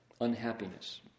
unhappiness